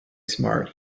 smart